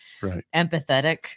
empathetic